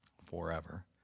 Forever